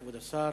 כבוד השר.